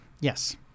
Yes